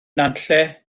nantlle